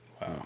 Wow